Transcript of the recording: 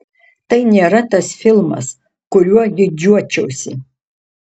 tai nėra tas filmas kuriuo didžiuočiausi